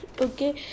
okay